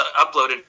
uploaded